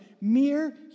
mere